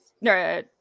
No